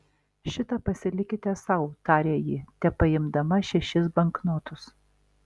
šitą pasilikite sau tarė ji tepaimdama šešis banknotus